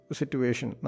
situation